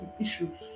issues